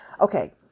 Okay